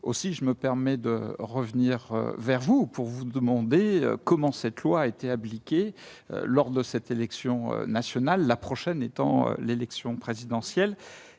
aussi, je me permets de revenir vers vous pour vous demander comment cette loi été abdiquer lors de cette élection nationale, la prochaine étant l'élection présidentielle,